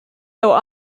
though